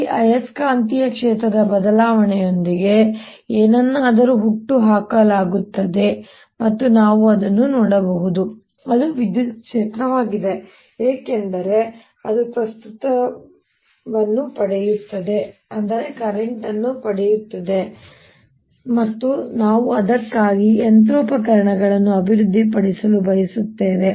ಈ ಆಯಸ್ಕಾಂತೀಯ ಕ್ಷೇತ್ರದ ಬದಲಾವಣೆಯೊಂದಿಗೆ ಏನನ್ನಾದರೂ ಹುಟ್ಟುಹಾಕಲಾಗುತ್ತದೆ ಮತ್ತು ನಾವು ಅದನ್ನು ನೋಡಬಹುದು ಅದು ವಿದ್ಯುತ್ ಕ್ಷೇತ್ರವಾಗಿದೆ ಏಕೆಂದರೆ ಅದು ಕರೆಂಟ್ ಅನ್ನು ಪಡೆಯುತ್ತದೆ ಮತ್ತು ನಾವು ಅದಕ್ಕಾಗಿ ಯಂತ್ರೋಪಕರಣಗಳನ್ನು ಅಭಿವೃದ್ಧಿಪಡಿಸಲು ಬಯಸುತ್ತೇವೆ